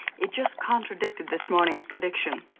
it just contradicted this morning's prediction.